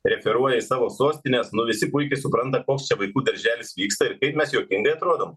referuoja į savo sostines nu visi puikiai supranta koks čia vaikų darželis vyksta ir kaip mes juokingai atrodom